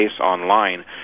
online